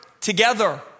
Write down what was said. together